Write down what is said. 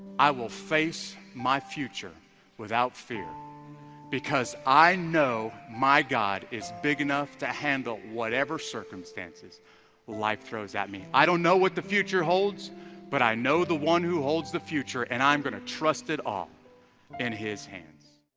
i will face my future without, fear because i know my, god is big enough to handle whatever circumstances life throws at me i don't know what the future holds but i know the one who holds the future and i'm going to trust it all in his hands